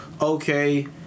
Okay